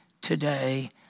today